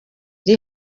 iri